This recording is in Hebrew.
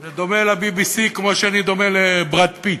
זה דומה ל-BBC כמו שאני דומה לבראד פיט,